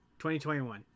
2021